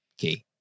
okay